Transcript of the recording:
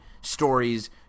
stories